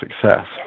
success